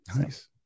Nice